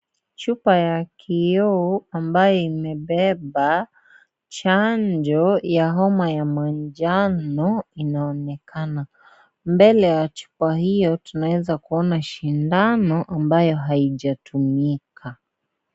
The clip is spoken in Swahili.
Chupa ya kioo ambayo imebeba chanjo ya homa ya manjano inaonekana. Mbele ya chupa hii tunaeza kuona sindano ambayo haijatumika.